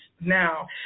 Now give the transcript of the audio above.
Now